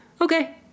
Okay